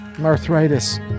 Arthritis